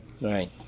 Right